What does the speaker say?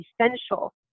essential